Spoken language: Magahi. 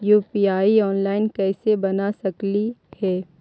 यु.पी.आई ऑनलाइन कैसे बना सकली हे?